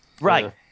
Right